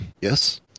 Yes